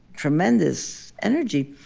tremendous energy.